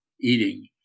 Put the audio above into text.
eating